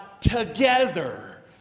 together